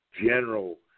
general